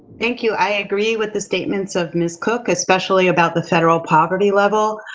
thank you, i agree with the statements of ms. cook, especially about the federal poverty level.